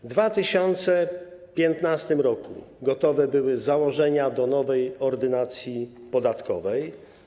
W 2015 r. gotowe były założenia nowej Ordynacji podatkowej.